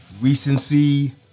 Recency